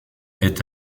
est